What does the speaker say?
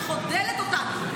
שחודלת אותנו,